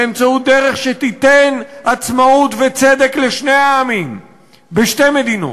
באמצעות דרך שתיתן עצמאות וצדק לשני העמים בשתי מדינות.